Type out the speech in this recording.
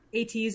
ATS